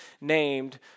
named